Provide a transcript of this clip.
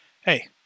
hey